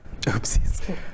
Oopsies